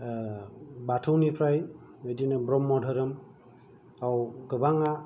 बाथौनिफ्राय बिदिनो ब्रह्म धोरोमाव गोबाङा